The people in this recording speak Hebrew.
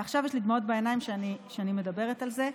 ועכשיו יש לי דמעות בעיניים כשאני מדברת על זה,